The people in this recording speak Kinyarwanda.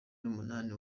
n’umunani